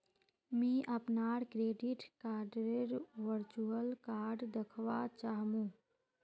मी अपनार क्रेडिट कार्डडेर वर्चुअल कार्ड दखवा चाह मु